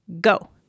go